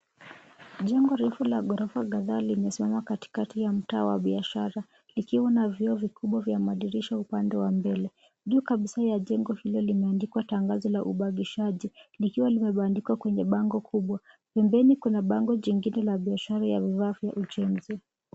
Jengo refu la ghorofa kadhaa limesimama katikati wa mtaa ya biashara likiwa na vioo vikubwa vya madirisha upande wa mbele. Juu kabisa ya jengo hilo limeandikwa tangazo la upangishaji likiwa limebandikwa kwenye bango kubwa. Pembeni kuna bango jingine la biashara ya vifaa vya ujenzi.